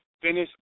Finish